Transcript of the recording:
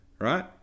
right